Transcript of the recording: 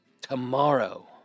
tomorrow